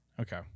Okay